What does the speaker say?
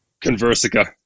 Conversica